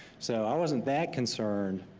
so i wasn't that concerned,